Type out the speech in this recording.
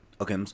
Okay